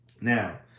Now